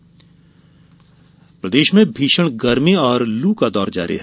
मौसम प्रदेश में भीषण गर्मी और लू का दौर जारी है